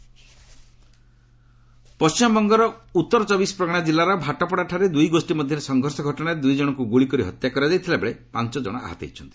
WB ପଣ୍ଟିମବଙ୍ଗର ଉତ୍ତର ଚବିଶ ପ୍ରଗଣା ଜିଲ୍ଲାର ଭାଟପଡ଼ାଠାରେ ଦୁଇ ଗୋଷୀ ମଧ୍ୟରେ ସଂଘର୍ଷ ଘଟଣାରେ ଦୁଇ ଜଣଙ୍କୁ ଗୁଳିକରି ହତ୍ୟା କରାଯାଇଥିଲା ବେଳେ ପାଞ୍ଚ ଜଣ ଆହତ ହୋଇଛନ୍ତି